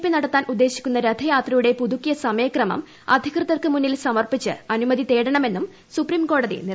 P നടത്താൻ ഉദ്ദേശിക്കുന്ന രഥയാത്രയുടെ പുതുക്കിയ സമയക്രമം അധികൃതർക്ക് മുന്നിൽ സമർപ്പിച്ച് അനുമതി തേടണമെന്നും സുപ്രീംകോടതി നിർദ്ദേശിച്ചു